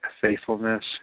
faithfulness